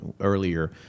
earlier